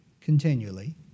continually